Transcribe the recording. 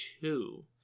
two